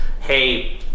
hey